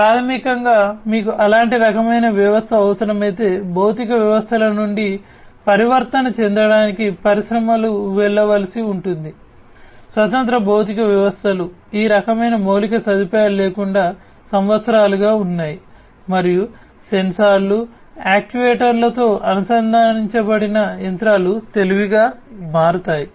కాబట్టి ప్రాథమికంగా మీకు అలాంటి రకమైన వ్యవస్థ అవసరమైతే భౌతిక వ్యవస్థల నుండి పరివర్తన చెందడానికి పరిశ్రమలు వెళ్ళవలసి ఉంటుంది స్వతంత్ర భౌతిక వ్యవస్థలు ఈ రకమైన మౌలిక సదుపాయాలు లేకుండా సంవత్సరాలుగా ఉన్నాయి మరియు సెన్సార్లు యాక్యుయేటర్లతో అనుసంధానించబడిన యంత్రాలు తెలివిగా మారుతాయి